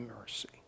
mercy